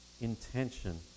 intention